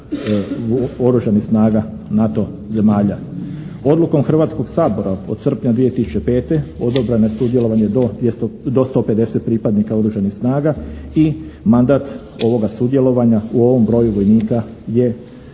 Odlukom Hrvatskog sabora od srpnja 2005. odobreno je sudjelovanje do 150 pripadnika Oružanih snaga i mandat ovoga sudjelovanja u ovom broju vojnika je sa